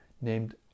named